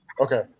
Okay